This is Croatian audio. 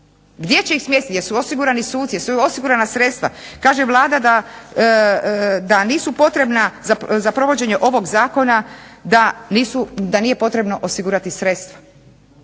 Gdje će ih smjestiti, jesu osigurani suci, jesu osigurana sredstva. Kaže Vlada da nisu potrebna, za provođenje ovog zakona da nije potrebno osigurati sredstva